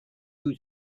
who